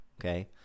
okay